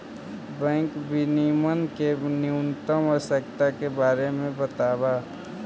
bank विनियमन के न्यूनतम आवश्यकता के बारे में बतावऽ